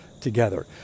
together